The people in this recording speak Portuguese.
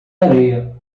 areia